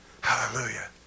Hallelujah